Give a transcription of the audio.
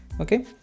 okay